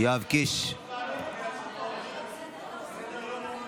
יואב קיש, אתה צריך להשיב